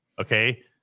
Okay